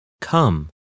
Come